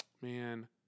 man